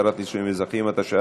התרת נישואין אזרחיים),